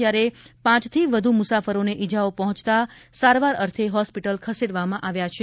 જયારે પાંચથી વધુ મુસાફરોને ઇજાઓ પહોંચતા સારવાર અર્થે હોસ્પિટલ ખસેડવામાં આવ્યા છે